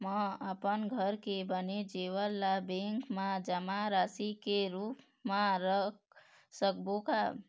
म अपन घर के बने जेवर ला बैंक म जमा राशि के रूप म रख सकबो का?